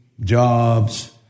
jobs